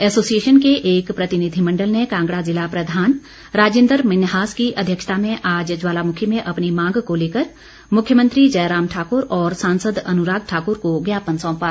association के एक प्रतिनिधिमण्डल ने कांगड़ा जिला प्रधान राजिन्द्र मिन्हास की अध्यक्षता में आज ज्वालामुखी में अपनी मांग को लेकर मुख्यमंत्री जयराम ठाकुर और सांसद अनुराग ठाकुर को ज्ञापन सौंपा